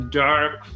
dark